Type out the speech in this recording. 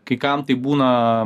kai kam tai būna